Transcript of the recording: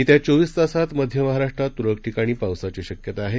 येत्या चोवीस तासात मध्य महाराष्ट्रात त्रळक ठिकाणी पावसाची शक्यता आहे